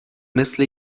مثل